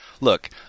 Look